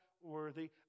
worthy